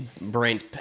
brains